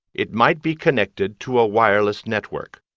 it might be connected to a wireless network.